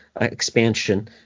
expansion